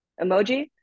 Emoji